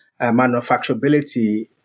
manufacturability